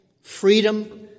freedom